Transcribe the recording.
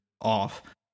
off